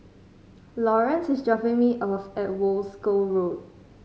Lawerence is dropping me off at Wolskel Road